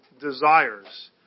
desires